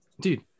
Dude